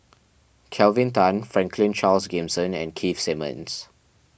Kelvin Tan Franklin Charles Gimson and Keith Simmons